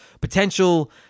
potential